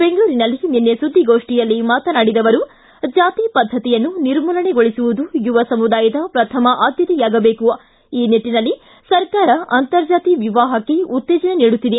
ಬೆಂಗಳೂರಿನಲ್ಲಿ ನಿನ್ನೆ ಸುದ್ದಿಗೋಷ್ಠಿಯಲ್ಲಿ ಮಾತನಾಡಿದ ಅವರು ಜಾತಿ ಪದ್ದತಿಯನ್ನು ನಿರ್ಮೂಲನೆಗೊಳಿಸುವುದು ಯುವ ಸಮುದಾಯದ ಪ್ರಥಮ ಆದ್ಯತೆಯಾಗಬೇಕು ಈ ನಿಟ್ಟನಲ್ಲಿ ಸರ್ಕಾರ ಅಂತರ್ಜಾತಿ ವಿವಾಹಕ್ಕೆ ಉತ್ತೇಜನ ನೀಡುತ್ತಿದೆ